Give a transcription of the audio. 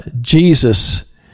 Jesus